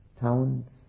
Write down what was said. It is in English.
towns